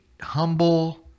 humble